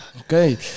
Okay